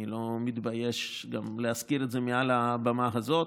אני לא מתבייש גם להזכיר את זה מעל הבמה הזאת,